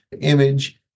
image